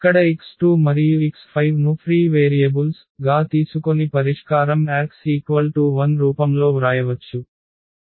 5 1 ఇక్కడ x2 మరియు x5 ను ఫ్రీ వేరియబుల్స్ గా తీసుకొని పరిష్కారం Ax 0 రూపంలో వ్రాయవచ్చు